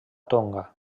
tonga